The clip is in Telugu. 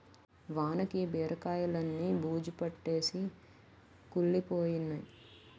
వానకి బీరకాయిలన్నీ బూజుపట్టేసి కుళ్లిపోయినై